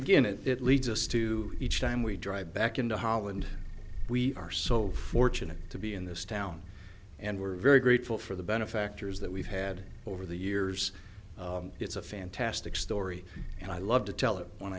n it leads us to each time we drive back into holland we are so fortunate to be in this town and we're very grateful for the benefactors that we've had over the years it's a fantastic story and i love to tell it when